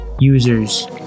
users